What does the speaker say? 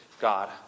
God